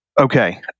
Okay